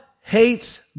hates